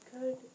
good